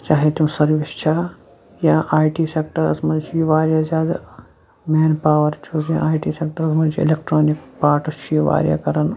چاہے تِم سٔروِس چھا یا آی ٹی سیٚکٹَرَس منٛز چھُ یہِ واریاہ زیادٕ مین پاوَر چھُس یا آی ٹی سیٚکٹَرَس منٛز چھِ الیٚکٹرٛانِک پارٹٕس چھُ یہِ واریاہ کَران